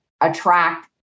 attract